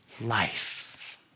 life